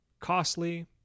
costly